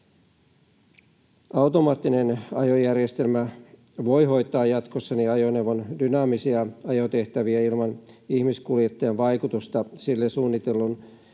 Automaattinen ajojärjestelmä voi hoitaa jatkossa ajoneuvon dynaamisia ajotehtäviä ilman ihmiskuljettajan vaikutusta sille suunnitellun